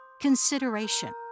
consideration